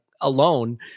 alone